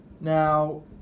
now